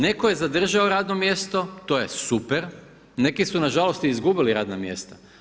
Netko je zadržao radno mjesto, to je super, neki su nažalost izgubili radna mjesta.